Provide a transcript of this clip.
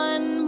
One